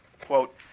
quote